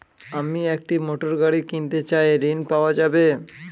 আমি একটি মোটরগাড়ি কিনতে চাই ঝণ পাওয়া যাবে?